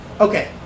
Okay